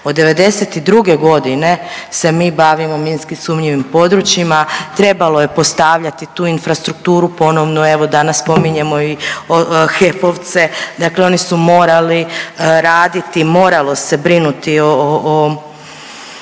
od '92. godine se mi bavimo minski sumnjivim područjima. Trebalo je postavljati tu infrastrukturu ponovno evo danas spominjemo i HEP-ovce dakle oni su morali raditi, moralo se brinuti o